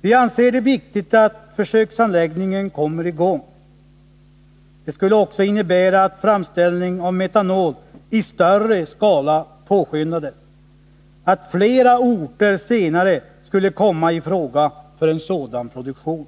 Vi anser det viktigt att försöksanläggningen kommer i gång. Det skulle också innebära att framställning i större skala av metanol påskyndades och att flera orter senare skulle komma i fråga för sådan produktion.